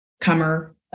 comer